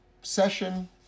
session